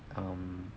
um